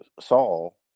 Saul